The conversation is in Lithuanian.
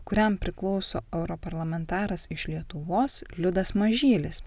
kuriam priklauso europarlamentaras iš lietuvos liudas mažylis